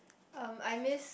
um I miss